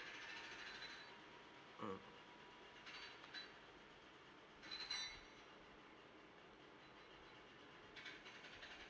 mm